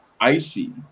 icy